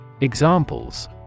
Examples